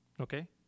okay